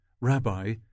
Rabbi